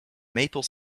maple